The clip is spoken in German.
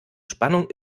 spannung